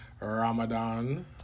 ramadan